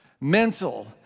mental